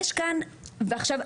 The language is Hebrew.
עכשיו,